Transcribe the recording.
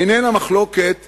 איננה מחלוקת